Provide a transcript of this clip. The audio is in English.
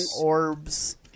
orbs